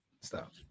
Stop